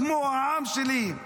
כמו העם שלי.